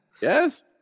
Yes